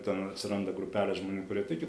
ten atsiranda grupelė žmonių kurie tiki